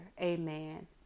Amen